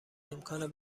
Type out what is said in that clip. امکان